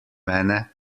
mene